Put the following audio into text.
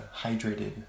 hydrated